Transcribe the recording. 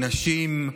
נשים,